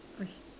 okay